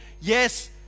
yes